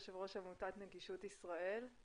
יושב ראש עמותת נגישות ישראל.